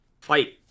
fight